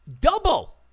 double